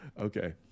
Okay